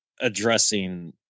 addressing